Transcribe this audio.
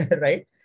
right